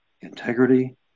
Integrity